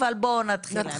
אבל בואו נתחיל עם זה.